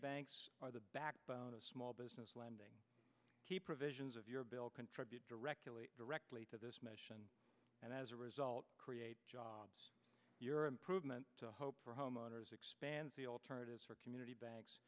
banks are the backbone of small business lending key provisions of your bill contribute directly directly to this measure and as a result create jobs your improvement hope for homeowners expands the alternatives for community banks